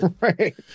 Right